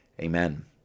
Amen